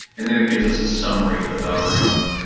and then it gives us a summary of our own